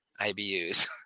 IBUs